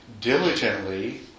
diligently